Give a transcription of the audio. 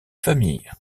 famille